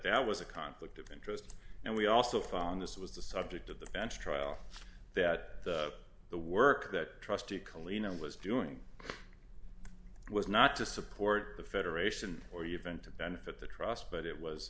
that was a conflict of interest and we also found this was the subject of the bench trial that the work that trustee collene was doing was not to support the federation or you vent to benefit the trust but it was